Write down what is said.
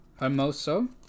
Hermoso